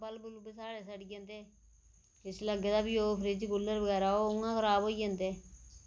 bulb bulb साढ़े सड़ी जंदे किश लग्गे दा बी होग फ्रिज कूलर बगैरा ओह् उ'आं खराब होई जंदे